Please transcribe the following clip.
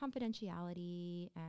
confidentiality